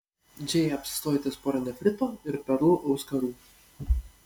džėja apsistojo ties pora nefrito ir perlų auskarų